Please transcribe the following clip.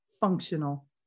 functional